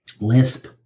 lisp